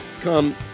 come